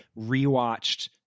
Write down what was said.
rewatched